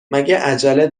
عجله